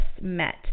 met